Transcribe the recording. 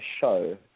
show